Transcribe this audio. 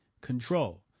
control